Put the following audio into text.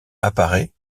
apparaît